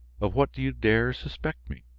of what do you dare suspect me?